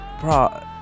Bro